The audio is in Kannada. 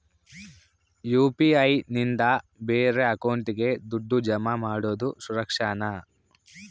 ಯು.ಪಿ.ಐ ನಿಂದ ಬೇರೆ ಅಕೌಂಟಿಗೆ ದುಡ್ಡು ಜಮಾ ಮಾಡೋದು ಸುರಕ್ಷಾನಾ?